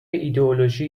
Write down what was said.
ایدئولوژی